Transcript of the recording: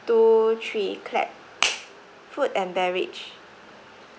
two three clap food and beverage